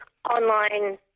Online